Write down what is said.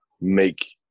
make